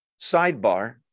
Sidebar